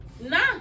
Nah